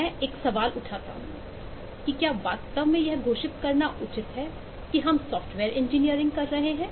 मैं एक सवाल उठाता हूं कि क्या वास्तव में यह घोषित करना उचित है कि हम सॉफ्टवेयर इंजीनियरिंग कर रहे हैं